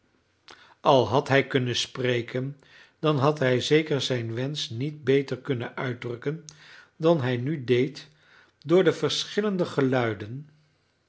al had hij kunnen spreken dan had hij zeker zijn wensch niet beter kunnen uitdrukken dan hij nu deed door de verschillende geluiden